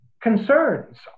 concerns